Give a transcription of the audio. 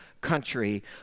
country